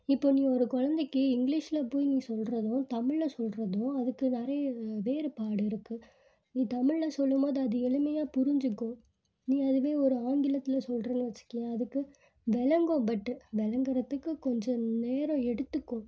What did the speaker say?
இப்போ நீ ஒரு கொழந்தைக்கி இங்கிலீஷில் போய் நீ சொல்கிறதும் தமிழில் சொல்கிறதும் அதுக்கு நிறைய வேறுபாடு இருக்குது நீ தமிழில் சொல்லும் போது அது எளிமையாக புரிஞ்சுக்கும் நீ அதுவே ஒரு ஆங்கிலத்தில் சொல்கிறேன்னு வைச்சுக்கையேன் அதுக்கு விளங்கும் பட்டு விளங்கறத்துக்கு கொஞ்சம் நேரம் எடுத்துக்கும்